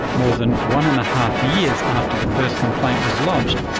more than one and a half years after the first complaint was lodged,